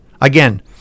Again